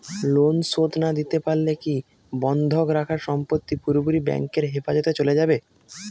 Loan শোধ না দিতে পারলে কি বন্ধক রাখা সম্পত্তি পুরোপুরি ব্যাংকের হেফাজতে চলে যাবে?